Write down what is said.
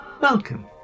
Welcome